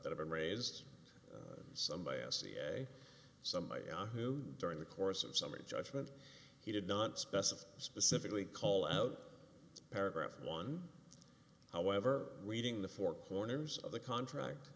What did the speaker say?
that have been raised some by a ca some by yahoo during the course of summary judgment he did not specify specifically call out paragraph one however reading the four corners of the contract